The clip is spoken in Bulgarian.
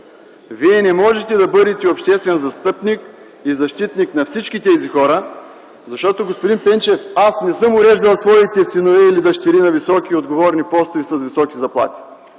Вие не можете да бъдете обществен застъпник и защитник на всички тези хора, защото, господин Пенчев, аз не съм уреждал своите синове или дъщери на високи и отговорни постове с високи заплати.